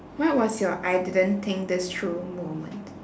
what's was your I didn't think this through moment